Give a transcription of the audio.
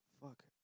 Fuck